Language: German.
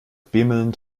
bimmelnd